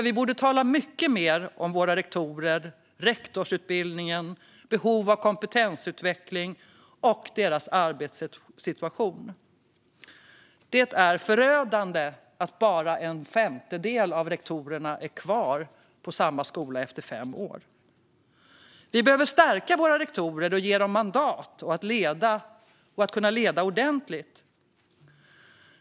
Vi borde tala mycket mer om våra rektorer, rektorsutbildningen, behovet av kompetensutveckling och rektorernas arbetssituation. Det är förödande att bara en femtedel av rektorerna är kvar på samma skola efter fem år. Vi behöver stärka våra rektorer och ge dem mandat att leda och leda ordentligt.